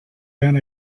and